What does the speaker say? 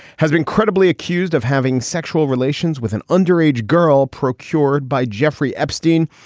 has been credibly accused of having sexual relations with an underage girl procured by jeffrey epstein.